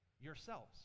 Yourselves